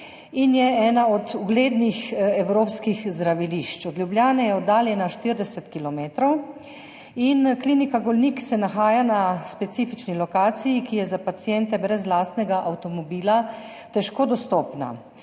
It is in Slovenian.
in je ena od uglednih evropskih zdravilišč. Od Ljubljane je oddaljena 40 kilometrov. Klinika Golnik se nahaja na specifični lokaciji, ki je za paciente brez lastnega avtomobila težko dostopna,